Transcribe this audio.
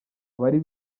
abari